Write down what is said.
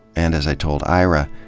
and, as i told ira,